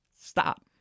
stop